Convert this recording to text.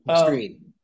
screen